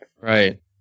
right